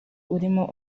urimo